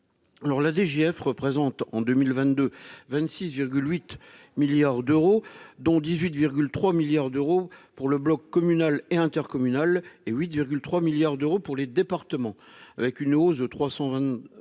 la DGF représente en 2022 26 8 milliards d'euros, dont 18,3 milliards d'euros pour le bloc communal et intercommunal et 8,3 milliards d'euros pour les départements, avec une hausse de 320